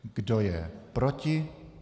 Kdo je proti?